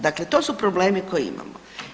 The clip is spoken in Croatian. Dakle, to su problemi koje imamo.